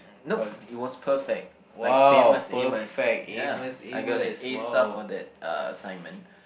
nope it was perfect like Famous Amos ya I got an A star for that uh assignment